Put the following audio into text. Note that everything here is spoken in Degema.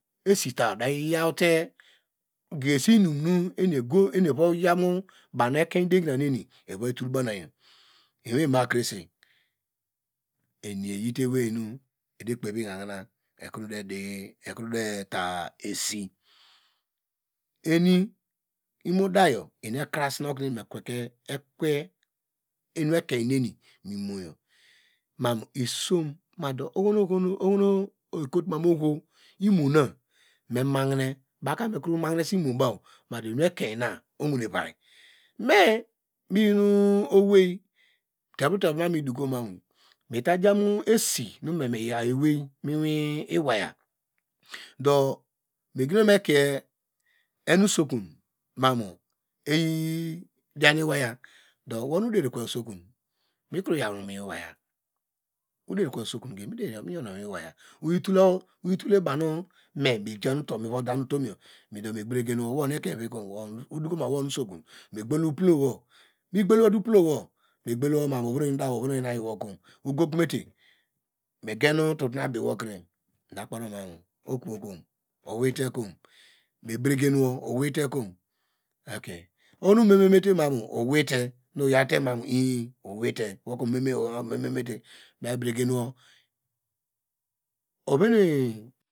Esita udayote gegesi inum nu eni ego, eni evayow mu bawnu ekein degina neni eva tul bunayo, iwama krese eni yate ewei nu mekpev ihahina edekrota esi, eni imodayo emekasine okuno enimekweke ekwe mu imoyo ma isom madu imo ma mahinese imobaw madu enu ekein yo owene vi, trevro tevro me mabow konu midokomamu meabomu esi nu me me ya ewi mu iwaya dowono oderikwe usokun mikre yawo miwi iwaya oderikwe usokun miyon yo miyi iwaya oyitul banu me mivan dan otumy. do me breyen wo, wo onu usokun, uplowo, ogukomete me breyin wo ovu nu oyi dawo nu ayiwo, ogokome te migen tunu abiwokre mida kperiwo, okovoko oweite me breyin wo oweite kom ok, oho nu omeme ma oweite mida.